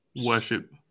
worship